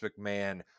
McMahon